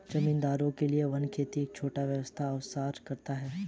जमींदारों के लिए वन खेती एक छोटा व्यवसाय अवसर हो सकता है